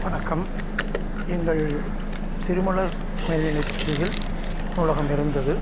வணக்கம் எங்கள் சிறுமலர் மேல்நிலைப் பள்ளியில் நூலகம் இருந்தது